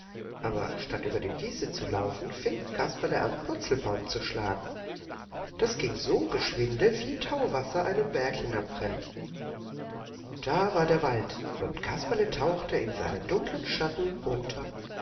aber statt über die wiese zu laufen fing kasperle an purzelbaum zu schlagen das ging so geschwinde wie tauwasser einen berg hinabrennt da war der wald und kasperle tauchte in seinen dunklen schatten unter